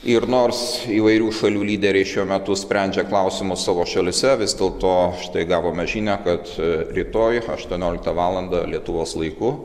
ir nors įvairių šalių lyderiai šiuo metu sprendžia klausimus savo šalyse vis dėlto štai gavome žinią kad rytoj aštuonioliktą valandą lietuvos laiku